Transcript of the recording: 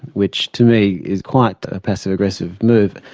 which to me is quite a passive-aggressive move.